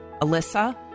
Alyssa